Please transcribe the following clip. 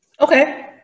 okay